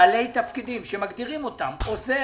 בעלי תפקידים שמגדירים אותם כמו למשל עוזר